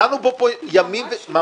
דנו בו ימים ו -- ממש לא.